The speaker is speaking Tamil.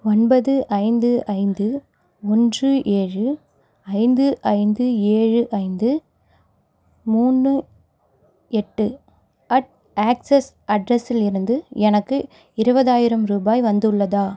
ஒன்பது ஐந்து ஐந்து ஒன்று ஏழு ஐந்து ஐந்து ஏழு ஐந்து மூணு எட்டு அட் ஆக்சிஸ் அட்ரஸிலிருந்து எனக்கு இருபதாயிரம் ரூபாய் வந்துள்ளதா